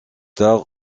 tard